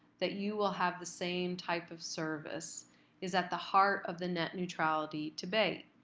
that you will have the same type of service is at the heart of the net neutrality debate.